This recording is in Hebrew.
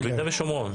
ביהודה ושומרון.